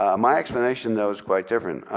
ah my explanation though is quite different.